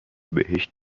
بهشت